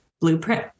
Blueprint